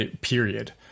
period